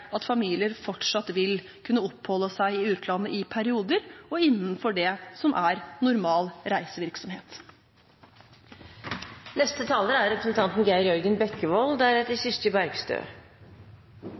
at familier fortsatt vil kunne oppholde seg i utlandet i perioder og innenfor det som er normal reisevirksomhet. Forslaget om innstramming i retten til barnetrygd ved utenlandsopphold er